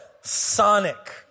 Sonic